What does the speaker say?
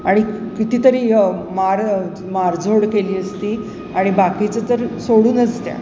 आणि कितीतरी मार मारोड केली असती आणि बाकीचं तर सोडूनच द्या